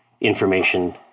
information